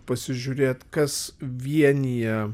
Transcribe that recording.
pasižiūrėt kas vienija